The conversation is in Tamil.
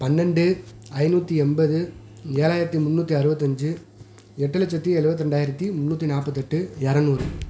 பன்னெண்டு ஐந்நூற்றி எண்பது ஏழாயிரத்தி முந்நூற்றி அறுபத்தஞ்சி எட்டு லட்சத்தி எழுவத்து ரெண்டாயிரத்தி முந்நூற்றி நாற்பத்தெட்டு இரநூறு